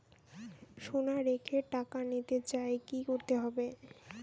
সোনা রেখে টাকা নিতে চাই কি করতে হবে?